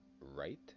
right